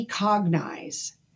recognize